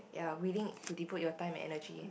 ya willing to devote your time and energy